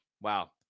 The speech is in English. Wow